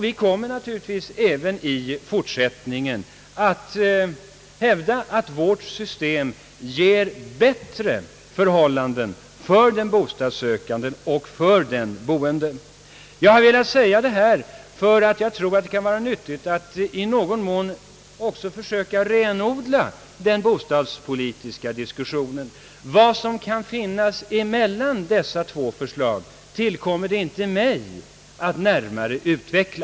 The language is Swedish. Vi kommer naturligtvis även i fortsättningen att hävda att vårt system ger bättre förhållanden för den bostadssökande och för den boende. Jag har velat säga detta, eftersom jag tror att det kan vara nyttigt att i någon mån försöka renodla den bostadspolitiska diskussionen. Vad som kan finnas mellan dessa två förslag tillkommer det inte mig att närmare utveckla.